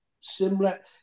similar